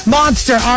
Monster